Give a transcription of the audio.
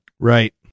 Right